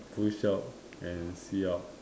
push up and sit up